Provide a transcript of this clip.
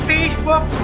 Facebook